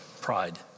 Pride